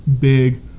big